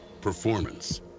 performance